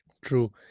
True